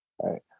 right